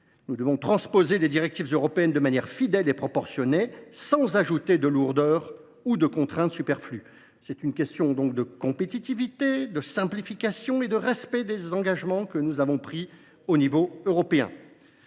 Nous devons transposer des directives européennes de manière fidèle et proportionnée, sans ajouter de lourdeurs ou de contraintes superflues. C’est une question de compétitivité, de simplification et de respect des engagements que nous avons pris au niveau européen.